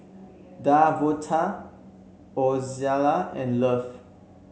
Davonta Ozella and Love